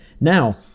Now